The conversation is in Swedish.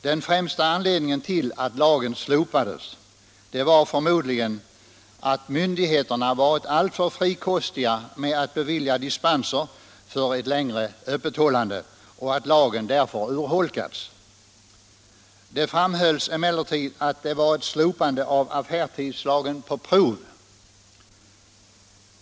Den främsta anledningen till att lagen slopades var förmodligen att myndigheterna hade varit alltför frikostiga med att bevilja dispenser för ett längre öppethållande och att lagen därför hade urholkats. Det framhölls emellertid att slopandet av affärstidslagen var på prov.